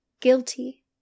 guilty